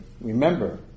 remember